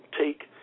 take